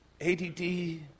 ADD